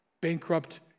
bankrupt